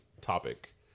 topic